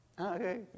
Okay